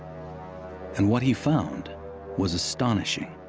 and what he found was astonishing.